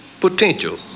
potential